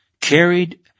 carried